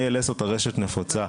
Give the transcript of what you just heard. ALS או טרשת נפוצה.